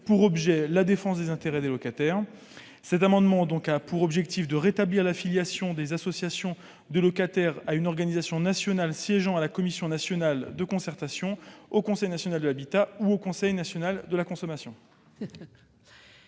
pour objet la défense des intérêts des locataires. Par cet amendement, il s'agit de rétablir l'affiliation des associations de locataires à une organisation nationale siégeant à la Commission nationale de concertation, au Conseil national de l'habitat ou au Conseil national de la consommation.